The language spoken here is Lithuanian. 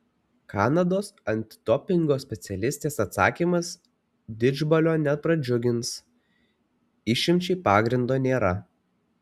kanados antidopingo specialistės atsakymas didžbalio nepradžiugins išimčiai pagrindo nėra